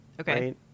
Okay